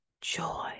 joy